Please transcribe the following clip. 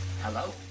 hello